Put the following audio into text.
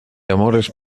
amores